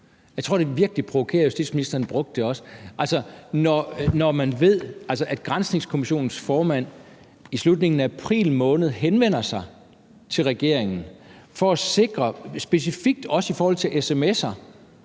Jeg tror virkelig, det provokerer – justitsministeren brugte det også – altså når man ved, at Granskningskommissionens formand i slutningen af april måned henvender sig til regeringen for at sikre det, også specifikt i forhold til sms'er.